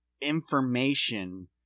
information